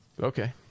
Okay